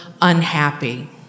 unhappy